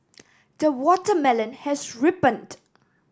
the watermelon has ripened